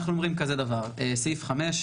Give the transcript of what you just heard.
אנחנו אומרים כך: סעיף 5,